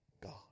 God